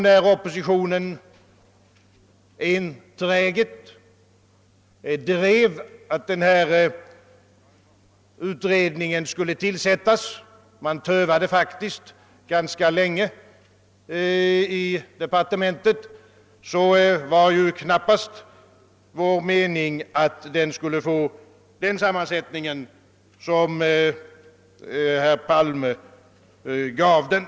När oppositionen enträget drev kravet att utredningen skulle tillsättas — departementet tövade faktiskt ganska länge — var dess mening knappast att den skulle få den sammansättning som herr Palme gav den.